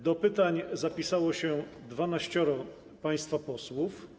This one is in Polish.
Do pytań zapisało się 12 państwa posłów.